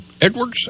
Edwards